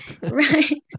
Right